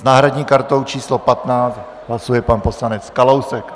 S náhradní kartou číslo 15 hlasuje pan poslanec Kalousek.